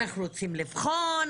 אנחנו רוצים לבחון,